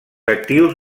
actius